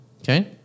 Okay